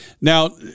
Now